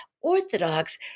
orthodox